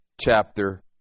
chapter